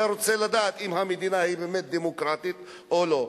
אתה רוצה לדעת אם המדינה היא באמת דמוקרטית או לא.